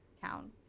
town